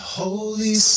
holy